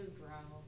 grow